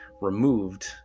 removed